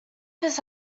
his